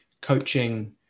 coaching